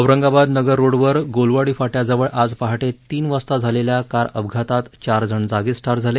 औरंगाबाद नगर रोडवर गोलवाडी फाट्याजवळ आज पहाटे तीन वाजता झालेल्या कार अपघातात चारजण जागीच ठार झाले